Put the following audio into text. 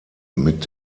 mit